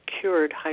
cured